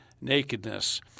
nakedness